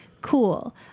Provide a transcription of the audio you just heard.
cool